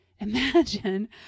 imagine